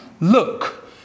Look